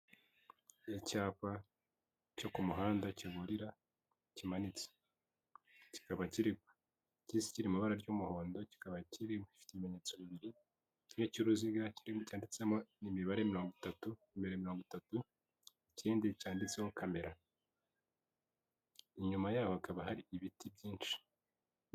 Icyapa cyo ku muhanda kiburira kimanitse, kikaba kiri mu ibara ry'umuhondo, kikaba gifite ibimenyetso bibiri, kimwe cy'uruziga cyanditsemo amibare mirongo itatu, imbere mirongo itatu ikindi cyanditseho kamera, inyuma yaho hakaba hari ibiti byinshi.